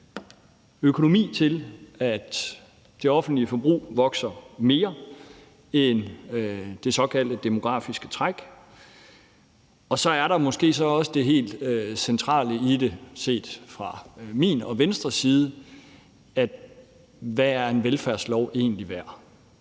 økonomi til, at det offentlige forbrug vokser mere end det såkaldte demografiske træk. Så er der måske også det helt centrale spørgsmål i det set fra min og Venstres side: Hvad er en velfærdslov egentlig værd?